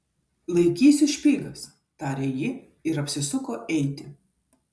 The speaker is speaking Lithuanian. laikysiu špygas tarė ji ir apsisuko eiti